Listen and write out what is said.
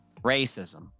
racism